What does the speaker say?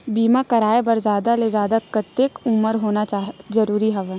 बीमा कराय बर जादा ले जादा कतेक उमर होना जरूरी हवय?